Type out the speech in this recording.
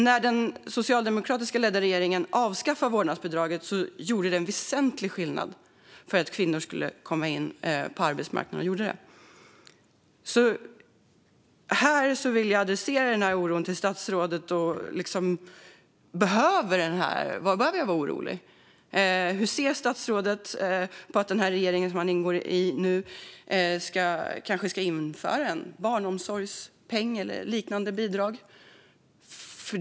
När den socialdemokratiskt ledda regeringen avskaffade vårdnadsbidraget innebar det en väsentlig skillnad för att kvinnor skulle komma in på arbetsmarknaden. Jag vill adressera denna oro till statsrådet. Behöver jag vara orolig? Hur ser statsrådet på att den regering som han ingår i nu kanske ska införa en barnomsorgspeng eller liknande bidrag?